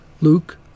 Luke